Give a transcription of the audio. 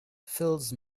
fills